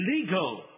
legal